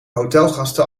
hotelgasten